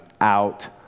out